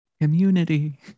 community